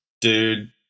dude